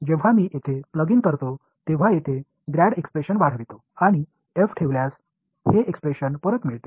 जेव्हा मी येथे प्लग इन करतो तेव्हा येथे ग्रॅड एक्सप्रेशन वाढवितो आणि f ठेवल्यास हे एक्सप्रेशन परत मिळते